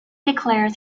declares